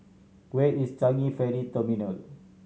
where is Changi Ferry Terminal